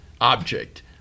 object